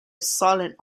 silent